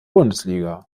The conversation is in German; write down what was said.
bundesliga